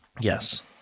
Yes